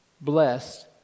blessed